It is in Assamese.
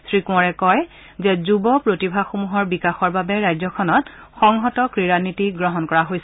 শ্ৰী কোঁৱৰে কয় যে যুৱ প্ৰতিভাসমূহৰ বিকাশৰ বাবে ৰাজ্যখনত সংহত ক্ৰীড়া নীতি গ্ৰহণ কৰা হৈছে